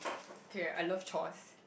okay I love chores